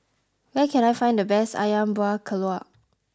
where can I find the best Ayam Buah Keluak